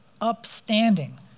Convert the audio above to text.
upstanding